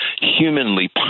humanly